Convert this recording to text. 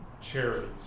charities